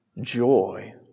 joy